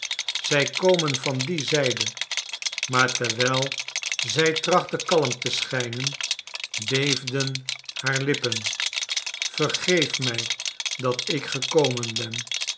zij komen van die zijde maar terwijl zij trachtte kalm te schijnen beefden haar lippen vergeef mij dat ik gekomen ben